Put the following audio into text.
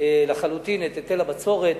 לחלוטין את היטל הבצורת.